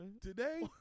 today